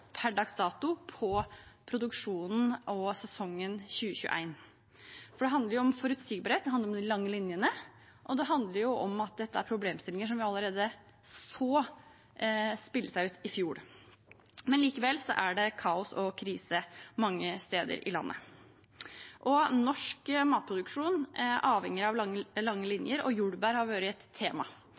per dags dato på produksjonen og sesongen 2021. Det handler om forutsigbarhet – det handler om de lange linjene. Og det handler om at dette er problemstillinger som vi allerede så utspille seg i fjor. Men likevel er det kaos og krise mange steder i landet. Norsk matproduksjon er avhengig av lange linjer, og jordbær har vært et tema.